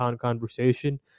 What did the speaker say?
conversation